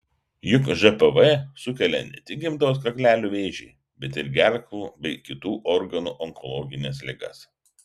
juk žpv sukelia ne tik gimdos kaklelio vėžį bet ir gerklų bei kitų organų onkologines ligas